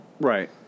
Right